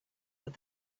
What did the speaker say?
that